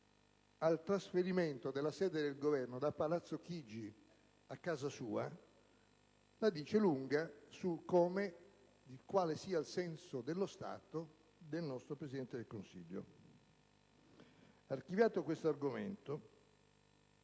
al trasferimento della sede del Governo da Palazzo Chigi a casa sua, la dice lunga su quale sia il senso dello Stato del nostro Presidente del Consiglio. Archiviato questo argomento,